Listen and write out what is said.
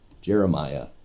Jeremiah